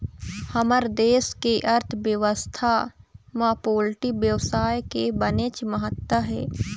हमर देश के अर्थबेवस्था म पोल्टी बेवसाय के बनेच महत्ता हे